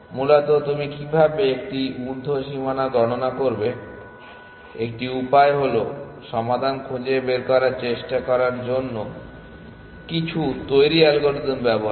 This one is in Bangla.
মূলত তুমি কিভাবে একটি ঊর্ধ্ব সীমানা গণনা করবে একটি উপায় হল সমাধান খুঁজে বের করার চেষ্টা করার জন্য কিছু তৈরী অ্যালগরিদম ব্যবহার করা